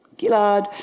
Gillard